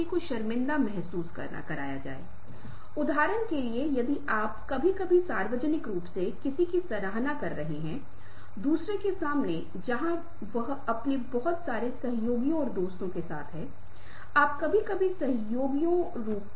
अशाब्दिक संचार शक्ति का प्रदर्शन प्रस्तुत करता है और यदि आपको पहले की स्लाइड्स में से एक याद है जो मैंने टिन टिन से ली थी तो मैंने इस पर चर्चा की थी और आप कहते हैं कि शायद सामाजिक स्थिति का प्रदर्शन शक्ति का पुरुषत्व या स्त्रीत्व का बहुत अधिक है मौखिक या मुखर संचार की तुलना में अशाब्दिक संचार में विशिष्ट रूप से किया जाता है यह कुछ ऐसा है जिसे हमें याद रखना होगा